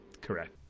correct